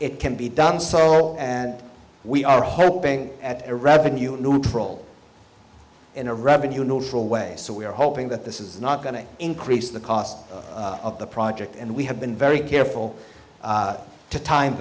it can be done so and we are hoping at a revenue neutral in a revenue neutral way so we're hoping that this is not going to increase the cost of the project and we have been very careful to time